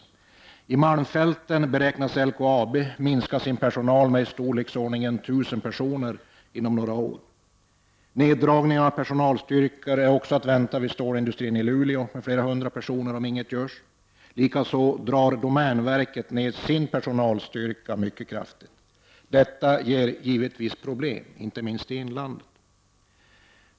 När det gäller malmfälten räknar man med att LKAB skall minska personalen med i storleksordningen 1 000 personer inom loppet av några år. Om ingenting görs kan man också vänta sig att personalstyrkan inom stålindustrin i Luleå reduceras med flera hundra personer. Likaså reducerar domänverket sin personalstyrka mycket kraftigt. Detta förorsakar givetvis problem, inte minst i inlandet.